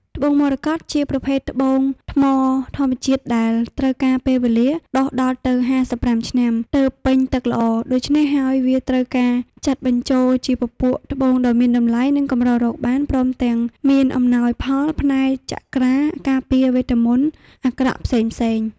ត្បូងមរកត ជាប្រភេទត្បូងថ្មធម្មជាតិដែលត្រូវការពេលវេលា ដុះដល់ទៅ ៥៥ ឆ្នាំ ទើបពេញទឹកល្អ ដូច្នេះហើយ វាត្រូវបានចាត់បញ្ចូលជា ពពួកត្បូងដ៏មានតម្លៃនិងកម្ររកបាន ព្រមទំាងមានអំណោយផលផ្នែកចក្រា ការពារវេទមន្តអាក្រក់ផ្សេងៗ។